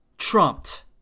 Trumped